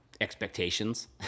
expectations